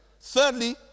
Thirdly